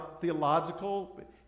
theological